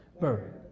Bird